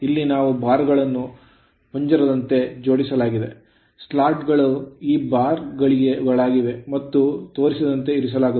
ಇಲ್ಲಿ ನಾವು ಬಾರ್ ಗಳನ್ನು squirrel ಪಂಜರದಂತೆ ಜೋಡಿಸಲಾಗಿದೆ ಸ್ಲಾಟ್ ಗಳು ಈ ಬಾರ್ ಗಳಾಗಿವೆ ಮತ್ತು ತೋರಿಸಿದಂತೆ ಇರಿಸಲಾಗುತ್ತದೆ